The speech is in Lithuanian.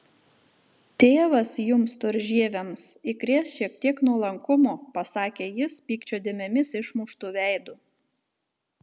tėvas jums storžieviams įkrės šiek tiek nuolankumo pasakė jis pykčio dėmėmis išmuštu veidu